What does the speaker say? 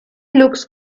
looks